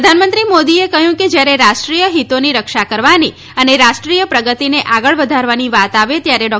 પ્રધાનમંત્રી મોદીએ કહ્યું કે જ્યારે રાષ્ટ્રીય હિતોની રક્ષા કરવાની અને રાષ્ટ્રીય પ્રગતિને આગળ વધારવાની વાત આવે ત્યારે ડૉ